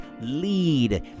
lead